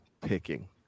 picking